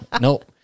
Nope